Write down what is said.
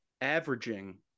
averaging